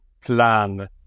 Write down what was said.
plan